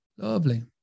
Lovely